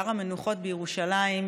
בהר המנוחות בירושלים,